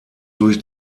durch